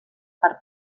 per